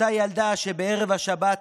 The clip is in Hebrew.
אותה ילדה שבערב השבת